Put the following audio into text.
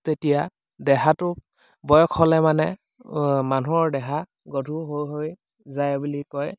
তেতিয়া দেহাটো বয়স হ'লে মানে মানুহৰ দেহা গধূৰ হৈ হৈ যায় বুলি কয়